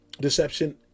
deception